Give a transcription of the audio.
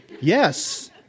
Yes